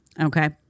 Okay